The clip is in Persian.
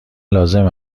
لازم